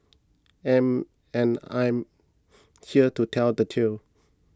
and and I am here to tell the tale